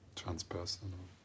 transpersonal